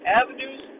avenues